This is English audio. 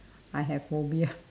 I have phobia